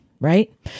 right